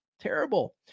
Terrible